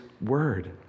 word